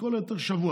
לכל היותר שבוע.